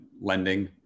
lending